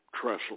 trestle